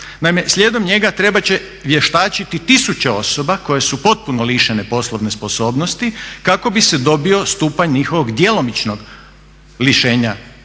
slijedom njega trebat će vještačiti tisuće osoba koje su potpuno lišene poslovne sposobnosti kako bi se dobio stupanj njihovog djelomičnog lišenja